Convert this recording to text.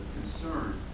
concern